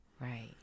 Right